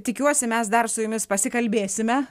tikiuosi mes dar su jumis pasikalbėsime